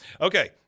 Okay